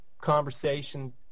conversation